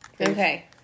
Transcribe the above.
Okay